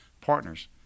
partners